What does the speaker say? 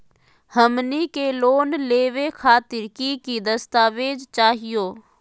हमनी के लोन लेवे खातीर की की दस्तावेज चाहीयो?